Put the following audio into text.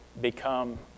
become